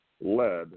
led